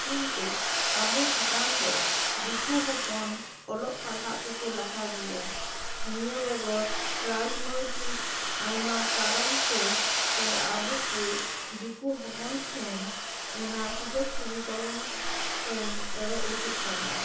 ᱠᱤᱱᱛᱩ ᱟᱵᱚ ᱪᱮᱛᱟᱱᱨᱮ ᱫᱤᱠᱩ ᱦᱚᱯᱚᱱ ᱚᱞᱚᱜ ᱯᱟᱲᱦᱟᱜ ᱛᱮᱠᱚ ᱞᱟᱦᱟ ᱜᱮᱭᱟ ᱱᱤᱭᱟᱹ ᱵᱮᱜᱚᱨ ᱨᱟᱡ ᱱᱳᱭᱛᱤᱠ ᱟᱭᱢᱟ ᱠᱟᱨᱚᱱᱛᱮ ᱟᱵᱚ ᱠᱚ ᱫᱤᱠᱩ ᱦᱚᱯᱚᱱ ᱴᱷᱮᱱ ᱚᱱᱟ ᱥᱩᱡᱳᱜ ᱥᱩᱵᱤᱫᱷᱟ ᱵᱚᱱ ᱮᱲᱮ ᱦᱚᱪᱚᱜ ᱠᱟᱱᱟ